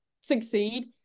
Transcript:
succeed